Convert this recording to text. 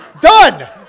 Done